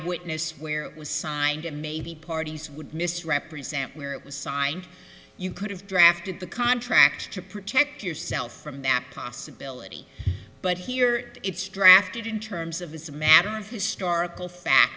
witnessed where it was signed and maybe parties would misrepresent where it was signed you could have drafted the contract to protect yourself from that possibility but here it's drafted in terms of this a matter of historical fact